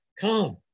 come